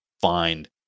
find